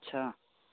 अच्छा